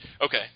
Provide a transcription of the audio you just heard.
Okay